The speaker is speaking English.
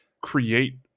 create